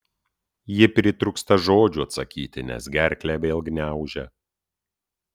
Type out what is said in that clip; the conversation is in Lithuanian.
ji pritrūksta žodžių atsakyti nes gerklę vėl gniaužia